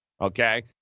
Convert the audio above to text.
Okay